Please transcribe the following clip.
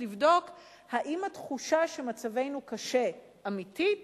לבדוק האם התחושה שמצבנו קשה אמיתית